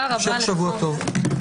המשך שבוע טוב.